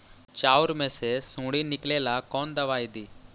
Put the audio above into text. चाउर में से सुंडी निकले ला कौन दवाई दी?